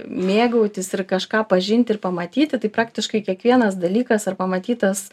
mėgautis ir kažką pažinti ir pamatyti tai praktiškai kiekvienas dalykas ar pamatytas